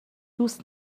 دوست